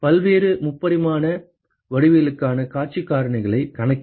பல்வேறு முப்பரிமாண வடிவவியலுக்கான காட்சி காரணிகளைக் கணக்கிட